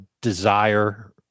desire